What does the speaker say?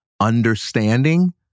understanding